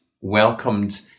welcomed